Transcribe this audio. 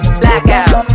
blackout